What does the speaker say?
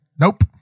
nope